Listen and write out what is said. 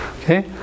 okay